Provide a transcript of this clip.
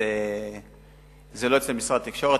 זה לא אצל משרד התקשורת.